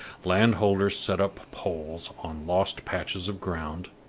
land-holders set up poles on lost patches of ground,